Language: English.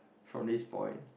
from this point